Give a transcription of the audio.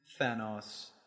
thanos